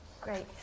Great